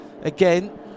again